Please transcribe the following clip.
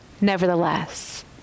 nevertheless